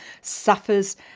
suffers